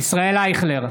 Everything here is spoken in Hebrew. ישראל אייכלר,